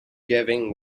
giving